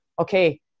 Okay